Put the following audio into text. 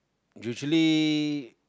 usually